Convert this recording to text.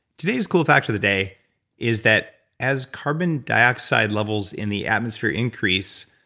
today's cool fact of the day is that as carbon dioxide levels in the atmosphere increase,